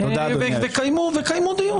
ותקיימו דיון.